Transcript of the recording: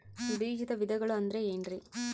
ಬೇಜದ ವಿಧಗಳು ಅಂದ್ರೆ ಏನ್ರಿ?